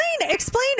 explain